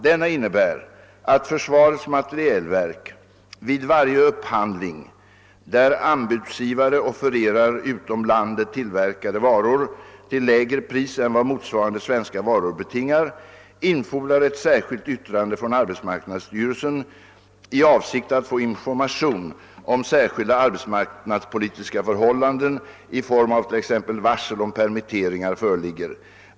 Denna innebär att försvarets materielverk vid varje upphandling, där anbudsgivare offererar utom landet tillverkade varor till lägre pris än vad motsvarande svenska varor betingar, infordrar ett särskilt yttrande från arbetsmarknadsstyrelsen i avsikt att få information om särskilda arbetsmarknadspolitiska förhållanden i form av t.ex. varsel om permitteringar föreligger.